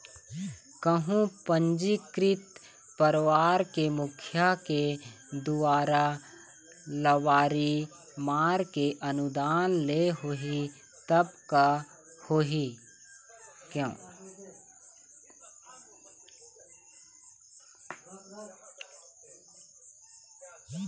कहूँ पंजीकृत परवार के मुखिया के दुवारा लबारी मार के अनुदान ले होही तब का होही?